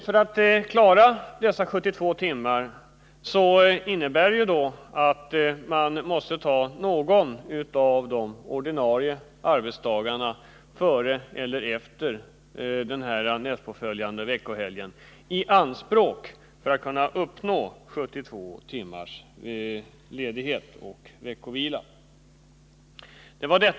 För att uppfylla bestämmelserna om 72 timmars ledighet och veckovila måste man ta i anspråk någon av de ordinarie arbetsdagarna före eller efter detta nästpåföljande veckoslut.